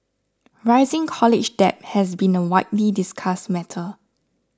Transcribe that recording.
rising college debt has been a widely discussed matter